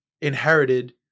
inherited